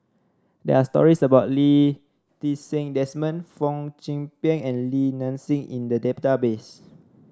there are stories about Lee Ti Seng Desmond Fong Chong Pik and Li Nanxing in the database